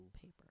paper